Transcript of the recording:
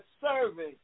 serving